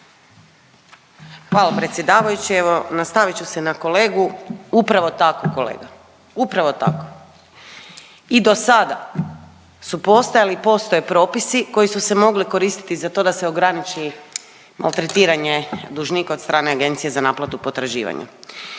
Hvala predsjedavajući, evo nastavit ću se na kolegu, upravo tako kolega, upravo tako. I dosada su postojali i postoje propisi koji su se mogli koristiti za to da se ograniči maltretiranje dužnika od strane Agencija za naplatu potraživanja.